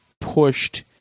pushed